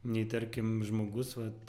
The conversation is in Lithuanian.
nei tarkim žmogus vat